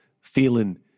feeling